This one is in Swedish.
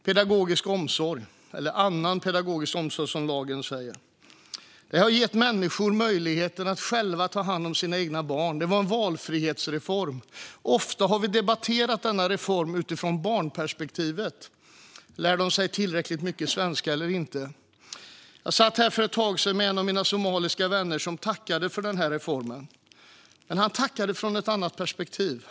Det handlar om annan pedagogisk omsorg, som lagen säger. Den har gett människor möjlighet att själva ta hand om sina egna barn. Det var en valfrihetsreform. Ofta har vi debatterat denna reform utifrån barnperspektivet - lär de sig tillräckligt mycket svenska eller inte? Jag satt för ett tag sedan med en av mina somaliska vänner, som tackade för den här reformen. Men han tackade från ett annat perspektiv.